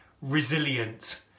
resilient